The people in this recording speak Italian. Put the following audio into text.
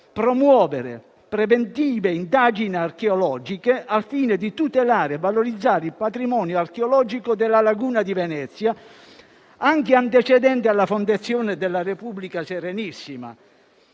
promuovere preventive indagini archeologiche, al fine di tutelare e valorizzare il patrimonio archeologico della laguna di Venezia, anche antecedente alla fondazione della Repubblica Serenissima;